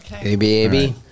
A-B-A-B